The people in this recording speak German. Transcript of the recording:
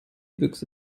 büchse